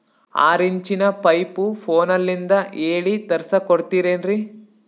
ಆರಿಂಚಿನ ಪೈಪು ಫೋನಲಿಂದ ಹೇಳಿ ತರ್ಸ ಕೊಡ್ತಿರೇನ್ರಿ?